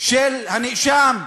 של הנאשם,